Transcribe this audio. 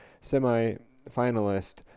semi-finalist